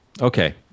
okay